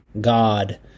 god